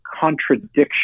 contradiction